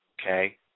Okay